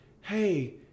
Hey